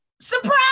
Surprise